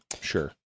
sure